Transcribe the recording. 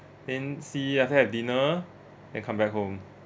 then see after have dinner then come back home